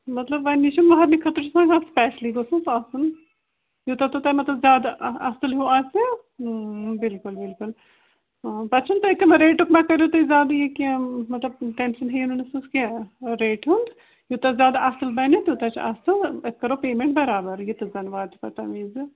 مَطلَب وۄنۍ یہِ چھُ مَہَرنہِ خٲطرٕ چھُ آسان زیادٕ سِپیشلٕے گوٚژھ نہٕ حظ آسُن یوٗتاہ تہِ تۄہہِ زیادٕ اَصٕل ہیوٗ آسیو بِلکُل بِلکُل پتہٕ چھُنہٕ کیٚنٛہہ ریٹُک مہ کٔرِو تُہۍ زیادٕ یہِ کیٚنٛہہ مَطلَب ٹٮ۪نشَن نہٕ کیٚنٛہہ ریٹہِ ہُنٛد یوٗتاہ زیادٕ اَصٕل بَنہِ تیوٗتاہ چھُ اَصٕل أسۍ کرو پیمٮ۪نٛٹ برابر یہِ تہِ زَنہٕ واتہِ پتہٕ تَمہِ وِزِ